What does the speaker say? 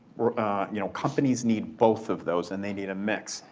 ah you know companies need both of those and they need a mix.